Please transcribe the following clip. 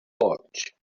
watch